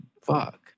fuck